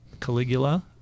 Caligula